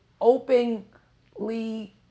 openly